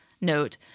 note